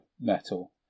metal